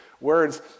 words